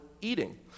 eating